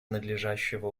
надлежащего